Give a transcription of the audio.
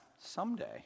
someday